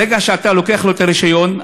ברגע שאתה לקחת לו את הרישיון,